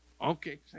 Okay